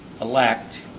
elect